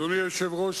אדוני היושב-ראש,